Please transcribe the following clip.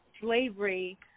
slavery